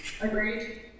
Agreed